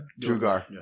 drugar